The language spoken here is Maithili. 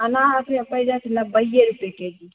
अनार अपने पैड़ि जायत नब्बे रुपये केजी